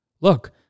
Look